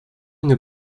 nous